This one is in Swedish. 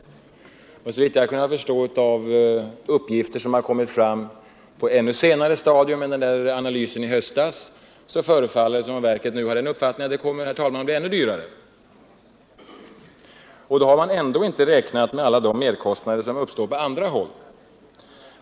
Såvitt jag har kunnat förstå av uppgifter som har kommit fram på ett ännu senare stadium än vid analysen i höstas förefaller det som om verket nu har den uppfattningen att det kommer att bli ännu dyrare. Då har man ändå inte räknat med de merkostnader som uppstår på andra håll.